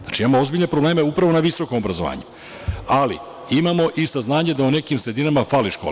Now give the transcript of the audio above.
Znači, imamo ozbiljne probleme upravo na visokom obrazovanju, ali imamo i saznanje da u nekim sredinama fali škola.